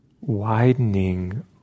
widening